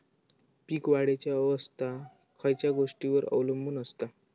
पीक वाढीची अवस्था खयच्या गोष्टींवर अवलंबून असता?